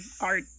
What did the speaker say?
art